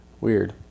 Weird